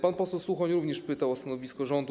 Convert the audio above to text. Pan poseł Suchoń również pytał o stanowisko rządu.